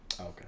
Okay